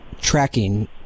tracking